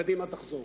קדימה תחזור.